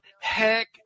Heck